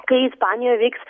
kai ispanijoj vyks